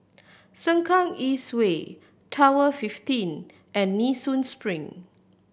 Sengkang East Way Tower fifteen and Nee Soon Spring